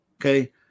Okay